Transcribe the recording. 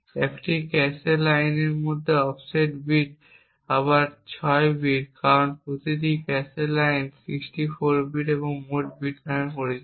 একটি ক্যাশে লাইনের মধ্যে অফসেট বিট আবার 6 বিট কারণ প্রতিটি ক্যাশে লাইন 64 বিট এবং মোট বিট নামে পরিচিত